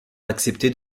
accepté